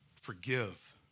Forgive